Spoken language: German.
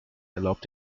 erlaubt